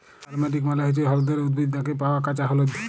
turmeric মালে হচ্যে হল্যদের উদ্ভিদ থ্যাকে পাওয়া কাঁচা হল্যদ